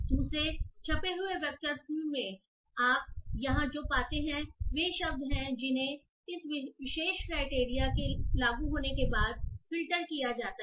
दूसरे छपे हुए वक्तव्य में आप यहाँ जो पाते हैं वे शब्द हैं जिन्हें इस विशेष क्राइटेरिया के लागू होने के बाद फ़िल्टर किया जाता है